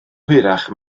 hwyrach